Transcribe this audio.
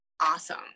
awesome